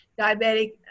diabetic